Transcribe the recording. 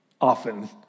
often